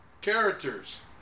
characters